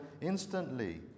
instantly